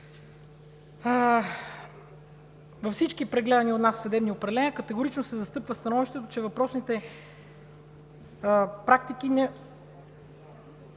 Във всички, прегледани от нас съдебни определения, категорично се застъпва становището, че въпросните практики…